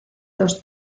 dos